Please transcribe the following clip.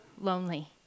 lonely